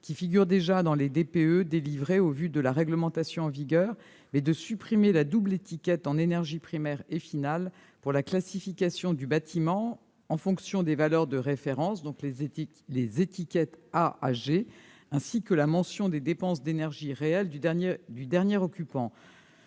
qui figure déjà dans les DPE délivrés au vu de la réglementation en vigueur, et de supprimer la double étiquette en énergie primaire et finale pour la classification du bâtiment en fonction des valeurs de référence, donc les étiquettes A à G, ainsi que la mention des dépenses d'énergie réelles du dernier occupant.